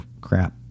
crap